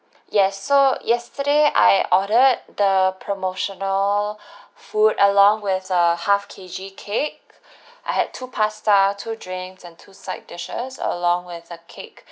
yes so yesterday I ordered the promotional food along with a half K_G cake I had two pasta two drinks and two side dishes along with a cake